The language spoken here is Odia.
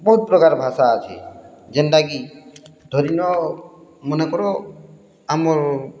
ବହୁତ୍ ପ୍ରକାର୍ ଭାଷା ଅଛେ ଯେନ୍ତାକି ଧରିନିଅ ମନେକର ଆମର୍